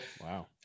Wow